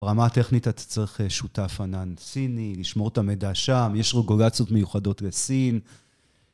ברמה הטכנית אתה צריך שותף ענן סיני, לשמור את המידע שם, יש רגולציות מיוחדות בסין.